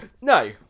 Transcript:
No